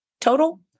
total